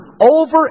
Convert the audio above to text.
over